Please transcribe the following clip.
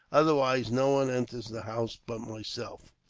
otherwise, no one enters the house but myself.